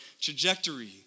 trajectory